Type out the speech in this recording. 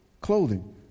clothing